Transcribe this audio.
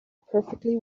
perfectly